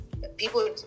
People